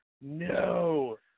No